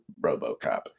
Robocop